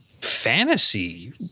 fantasy